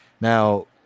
now